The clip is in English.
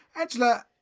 Angela